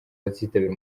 bazitabira